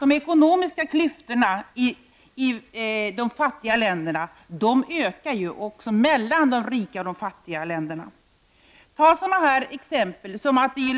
De ekonomiska klyftorna mellan de rika och de fattiga ökar i de fattiga länderna. Jag skall ta några exempel. I